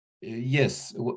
Yes